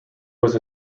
was